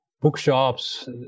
bookshops